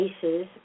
cases